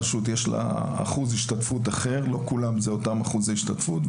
לכל רשות יש אחוז השתתפות אחר אלה לא אותם אחוזי השתתפות לכולם,